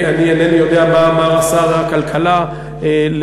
אני אינני יודע מה אמר שר הכלכלה לגורמים